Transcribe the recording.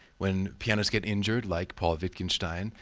when pianists get injured, like paul wittgenstein,